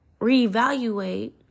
reevaluate